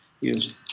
use